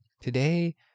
Today